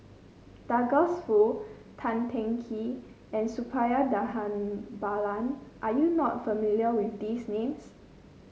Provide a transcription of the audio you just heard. Douglas Foo Tan Teng Kee and Suppiah Dhanabalan are you not familiar with these names